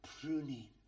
pruning